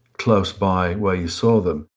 close by where you saw them.